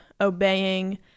obeying